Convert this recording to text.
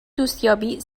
دوستیابی